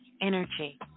energy